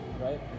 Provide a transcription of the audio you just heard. right